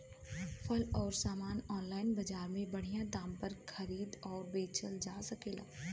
फसल अउर सामान आनलाइन बजार में बढ़िया दाम पर खरीद अउर बेचल जा सकेला